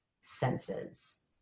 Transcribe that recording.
senses